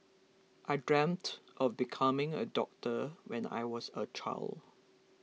I dreamt of becoming a doctor when I was a child